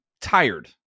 tired